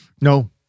No